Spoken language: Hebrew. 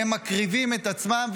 והם מקריבים את עצמם,